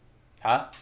!huh!